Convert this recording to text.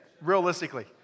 realistically